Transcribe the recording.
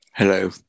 Hello